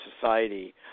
society